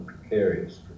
Precarious